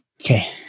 Okay